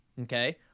okay